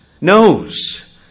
knows